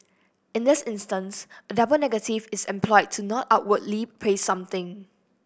in this instance a double negative is employed to not outwardly praise something